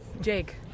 Jake